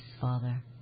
Father